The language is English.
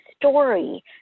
story